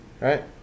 right